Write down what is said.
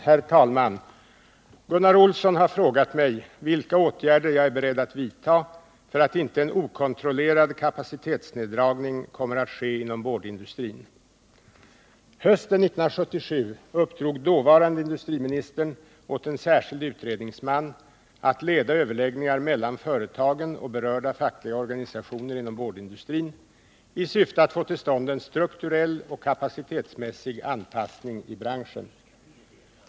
Herr talman! Gunnar Olsson har frågat mig vilka åtgärder jag är beredd att vidtaga för att inte en okontrollerad kapacitetsneddragning kommer att ske inom boardindustrin. Hösten 1977 uppdrog dåvarande industriministern åt en särskild utredningsman att leda överläggningar mellan företagen och berörda fackliga organisationer inom boardindustrin i syfte att få till stånd en strukturell och kapacitetsmässig anpassning i branschen.